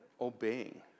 obeying